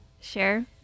share